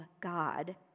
God